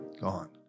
Gone